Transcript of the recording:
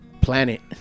planet